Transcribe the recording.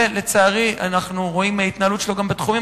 ולצערי אנחנו רואים מההתנהלות שלו גם בתחומים